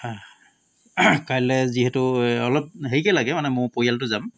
কাইলৈ যিহেতু অলপ হেৰিকৈ লাগে মানে মোৰ পৰিয়ালটো যাম